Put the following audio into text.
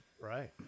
Right